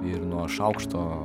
ir nuo šaukšto